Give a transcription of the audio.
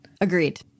Agreed